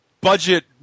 budget